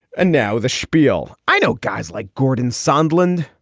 and now the schpiel. i know guys like gordon sunderland,